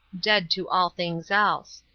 dead to all things else.